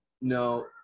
No